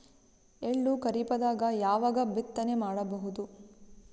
ಎಳ್ಳು ಖರೀಪದಾಗ ಯಾವಗ ಬಿತ್ತನೆ ಮಾಡಬಹುದು?